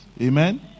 Amen